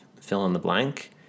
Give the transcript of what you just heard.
fill-in-the-blank